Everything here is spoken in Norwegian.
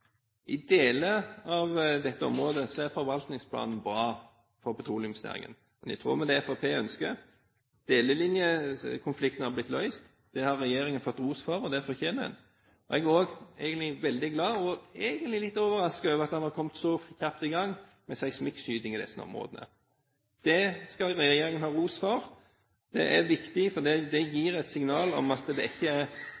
I deler av dette området er forvaltningsplanen bra for petroleumsnæringen, i tråd med det Fremskrittspartiet ønsker. Delelinjekonflikten har blitt løst. Det har regjeringen fått ros for, og det fortjener den. Jeg er også veldig glad for, og litt overrasket over, at en har kommet så kjapt i gang med seismikkskyting i disse områdene. Det skal regjeringen ha ros for. Det er viktig, for det gir et signal om at det